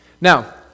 Now